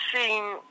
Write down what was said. seen